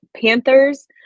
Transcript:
Panthers